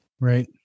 Right